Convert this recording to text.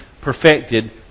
perfected